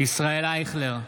ישראל אייכלר,